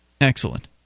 Excellent